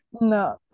No